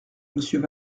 monsieur